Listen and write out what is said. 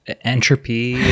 Entropy